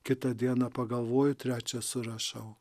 kitą dieną pagalvoju trečia surašau